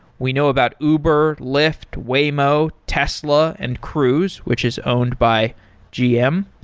we know about uber, lyft, waymo, tesla and cruise, which is owned by gm.